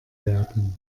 werden